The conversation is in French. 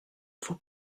faut